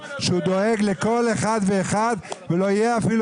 שהוא דואג לכל אחד ואחד ולא יהיה אפילו